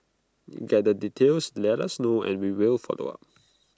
get the details let us know and we will follow up